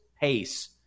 pace